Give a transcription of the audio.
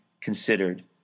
considered